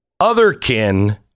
Otherkin